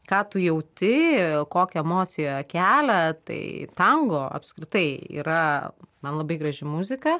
ką tu jauti kokią emociją kelia tai tango apskritai yra man labai graži muzika